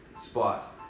spot